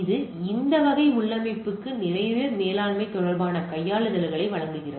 இது இந்த வகை உள்ளமைவுக்கு நிறைய மேலாண்மை தொடர்பான கையாளுதல்களை வழங்குகிறது